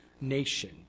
nation